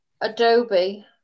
Adobe